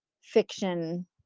fiction